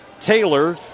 Taylor